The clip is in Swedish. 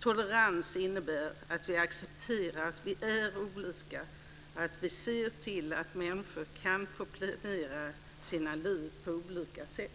Tolerans innebär att vi accepterar att vi är olika och att vi ser till att människor kan få planera sina liv på olika sätt.